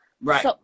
right